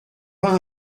pas